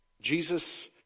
Jesus